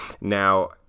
Now